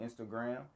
Instagram